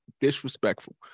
disrespectful